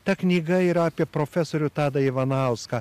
ta knyga yra apie profesorių tadą ivanauską